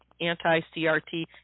anti-CRT